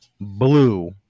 Blue